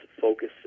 focus